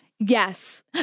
Yes